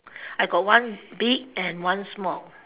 I got one big and one small